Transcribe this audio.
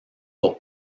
pour